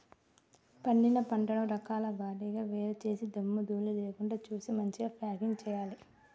పండిన పంటను రకాల వారీగా వేరు చేసి దుమ్ము ధూళి లేకుండా చేసి మంచిగ ప్యాకింగ్ చేయాలి